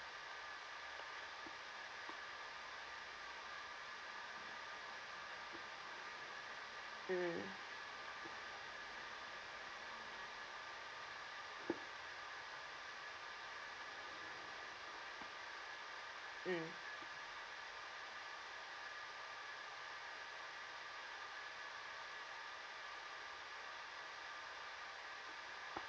mm mm